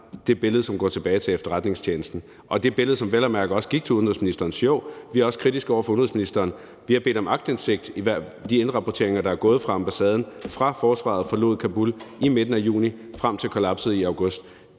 det billede, som går tilbage til efterretningstjenesten, og det billede, som vel at mærke også gik til udenrigsministeren. Jo, vi er også kritiske over for udenrigsministeren. Vi har bedt om aktindsigt i de indrapporteringer, der er gået fra ambassaden, fra forsvaret forlod Kabul i midten af juni frem til kollapset i august.